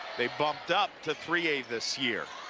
they bumped up to three a this year.